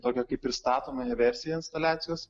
tokią kaip pristatomąją versiją instaliacijos